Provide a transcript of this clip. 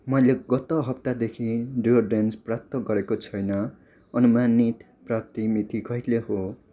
मैले गत हप्तादेखि डियोड्रेन्टस प्राप्त गरेको छैन अनुमानित प्राप्ति मिति कहिले हो